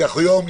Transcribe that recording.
קחו יום,